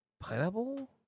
Pineapple